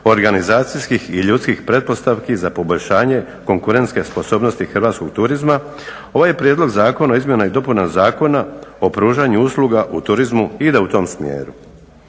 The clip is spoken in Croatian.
organizacijski i ljudskih pretpostavki za poboljšanje konkurentske sposobnosti hrvatskog turizma ovaj Prijedlog zakona o izmjenama i dopunama Zakona o pružanju usluga u turizmu ide u tom smjeru.